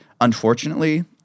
unfortunately